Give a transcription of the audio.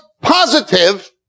positive